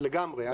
לגמרי.